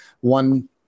one